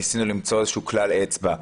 ניסינו למצוא איזשהו כלל אצבע.